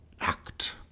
act